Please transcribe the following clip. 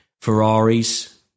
Ferraris